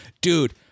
Dude